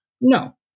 No